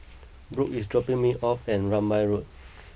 Brook is dropping me off at Rambai Road